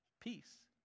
Peace